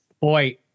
Boy